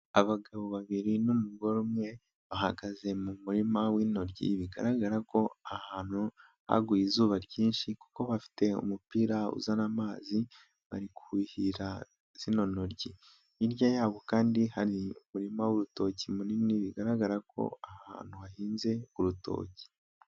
\Abagabo babiri n'umugore umwe bahagaze mu murima w'inoryi bigaragara ko ahantu haguye izuba ryinshi, kuko bafite umupira uzana amazi bari kuhira izo noryi, hirya yabo kandi hari umurima w'urutoki munini bigaragara ko aha hantu hahinze urutoki.